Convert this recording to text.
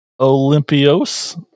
Olympios